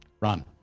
Ron